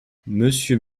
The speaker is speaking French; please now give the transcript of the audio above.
monsieur